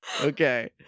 Okay